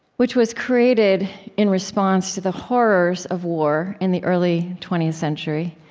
which was created in response to the horrors of war in the early twentieth century,